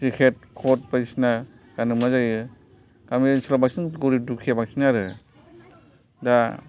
jacket cut बायदिसिना गाननो मोना जायो गामि ओनसोलाव बांसिन गरिब दुखिया बांसिन आरो दा